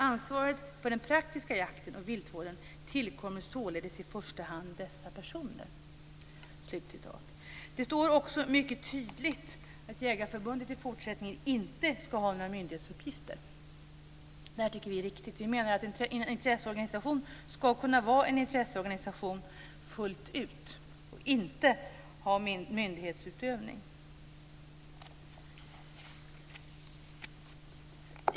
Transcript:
Ansvaret för den på praktiska jakten och viltvården tillkommer således i första hand dessa personer." Det står också mycket tydligt att Jägareförbundet i fortsättningen inte ska ha några myndighetsuppgifter. Det tycker vi är viktigt. Vi menar att en intresseorganisation ska kunna vara en intresseorganisation fullt ut och inte ha någon myndighetsutövning.